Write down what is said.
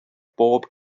bob